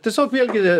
tiesiog vėlgi